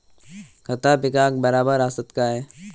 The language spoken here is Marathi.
खता पिकाक बराबर आसत काय?